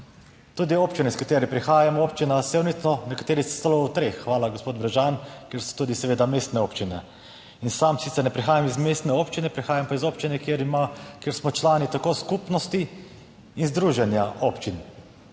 tudi občina, iz katere prihajam, Občina Sevnica, nekateri celo v treh - hvala, gospod Bržan -, ker so tudi seveda mestne občine. Sam sicer ne prihajam iz mestne občine, prihajam pa iz občine, kjer smo člani tako skupnosti kot združenja občin.